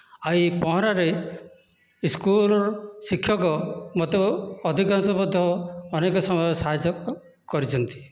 ଆଉ ଏ ପହଁରାରେ ସ୍କୁଲ ଶିକ୍ଷକ ମୋତେ ଅଧିକାଂଶ ମଧ୍ୟ ଅନେକ ସମୟ ସାହାଯ୍ୟ କରିଛନ୍ତି